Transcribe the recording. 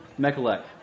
Mechalek